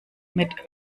mit